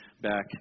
back